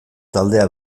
taldea